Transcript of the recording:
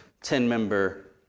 ten-member